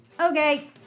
Okay